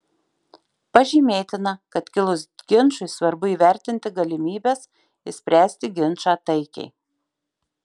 pažymėtina kad kilus ginčui svarbu įvertinti galimybes išspręsti ginčą taikiai